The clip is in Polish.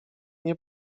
nie